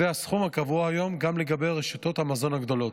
זה הסכום הקבוע היום גם לגבי רשתות המזון הגדולות.